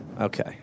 Okay